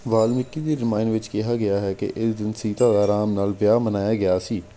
ਵਾਲਮੀਕਿ ਦੀ ਰਾਮਾਇਣ ਵਿੱਚ ਕਿਹਾ ਗਿਆ ਹੈ ਕਿ ਇਸ ਦਿਨ ਸੀਤਾ ਦਾ ਰਾਮ ਨਾਲ ਵਿਆਹ ਮਨਾਇਆ ਗਿਆ ਸੀ